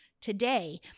Today